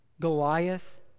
Goliath